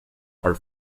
are